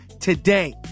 today